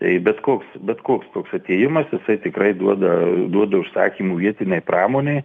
tai bet koks bet koks toks atėjimas jisai tikrai duoda duoda užsakymų vietinei pramonei